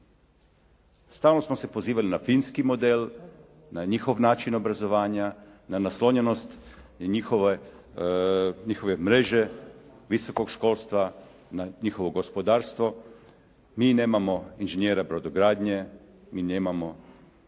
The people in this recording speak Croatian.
Stalno smo se pozivali na finski model, na njihov način obrazovanja, na naslonjenost njihove mreže visokog školstva, na njihovo gospodarstvo. Mi nemamo inženjera brodogradnje, mi nemamo